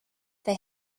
they